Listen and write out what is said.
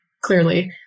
clearly